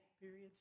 periods